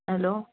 hello